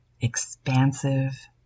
expansive